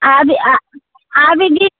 आब आब ई बीस